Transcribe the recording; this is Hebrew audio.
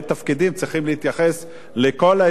צריכים להתייחס לכל האזרחים,